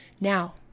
Now